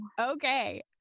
Okay